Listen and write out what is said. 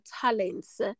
talents